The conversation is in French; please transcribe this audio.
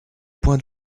points